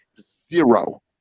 Zero